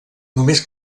només